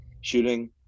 shooting